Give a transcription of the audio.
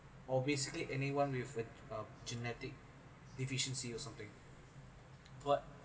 or basically anyone with a um genetic deficiency or something but